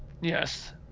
yes